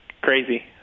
crazy